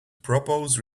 propose